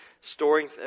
storing